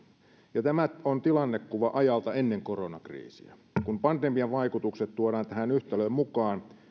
ja tämä on tilannekuva ajalta ennen koronakriisiä kun pandemian vaikutukset tuodaan tähän yhtälöön mukaan tilanne